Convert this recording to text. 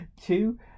two